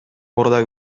мурда